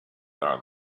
our